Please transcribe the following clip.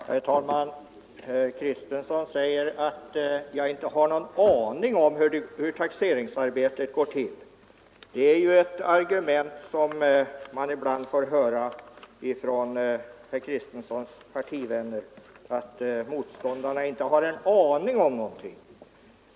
Herr talman! Herr Kristenson säger att jag inte har någon aning om hur taxeringsarbetet går till. Det är ju ett argument som man ibland får höra också från herr Kristensons partivänner, att motståndarna inte har en aning om någonting.